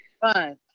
fun